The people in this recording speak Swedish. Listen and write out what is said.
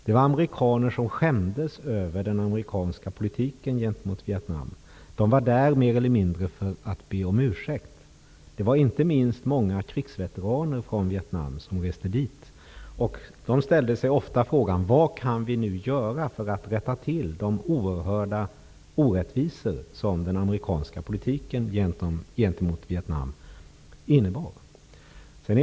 Det var amerikaner som skämdes över den amerikanska politik som fördes gentemot Vietnam. De var mer eller mindre där för att be om ursäkt. Inte minst var det många krigsveteraner som hade rest tillbaka till Vietnam. De ställde sig frågan: Vad kan vi göra för att man skall komma till rätta med de oerhörda orättvisor som den amerikanska politiken innebar för Vietnam?